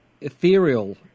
ethereal